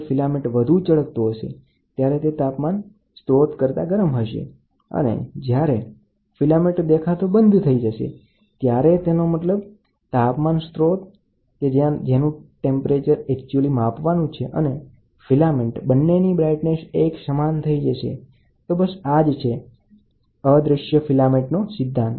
filament ચળકતો હશે અને તે તાપમાન સ્રોત કરતા ગરમ હશે અને જ્યારે ફિલામેન્ટ દેખાતો બંધ થઈ જશે ત્યારે તેનો મતલબ તાપમાન સ્રોત અને ફિલામેન્ટની તીવ્રતા એક સમાન થઈ જશે તો આજ છે અદ્દશ્ય ફિલામેન્ટનો સિદ્ધાંત